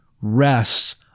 rests